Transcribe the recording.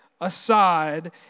aside